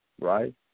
right